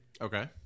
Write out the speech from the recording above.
Okay